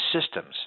systems